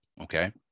Okay